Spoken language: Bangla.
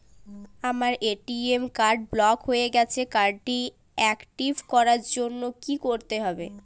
আমার এ.টি.এম কার্ড ব্লক হয়ে গেছে কার্ড টি একটিভ করার জন্যে কি করতে হবে?